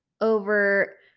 Over